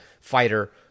fighter